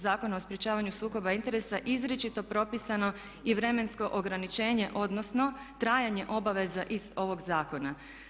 Zakona o sprječavanju sukoba interesa izričito propisano i vremensko ograničenje, odnosno trajanje obaveza iz ovog zakona.